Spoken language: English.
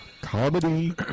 comedy